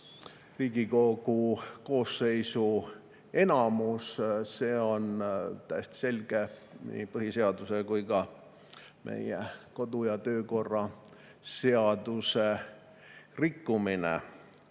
Riigikogu koosseisu enamus, on täiesti selge põhiseaduse ning meie kodu- ja töökorra seaduse rikkumine.